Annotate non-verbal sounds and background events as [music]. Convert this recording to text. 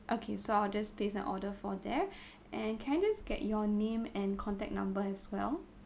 okay so I'll just placed an order for that [breath] and can I just get your name and contact number as well